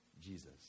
Jesus